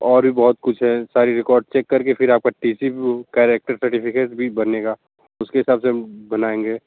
और भी बहुत कुछ है सारी रिकौर्ड चेक कर के फिर आपका टि सी कैरेक्टर सर्टिफिकेट भी बनेगा उसके हिसाब से हम बनाएंगे